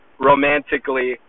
romantically